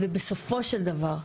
ובסופו של דבר,